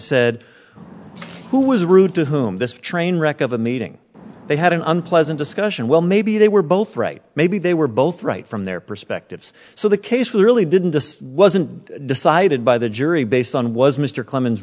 said who was rude to whom this train wreck of a meeting they had an unpleasant discussion well maybe they were both right maybe they were both right from their perspectives so the case we really didn't just wasn't decided by the jury based on was mr clemens